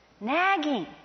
Nagging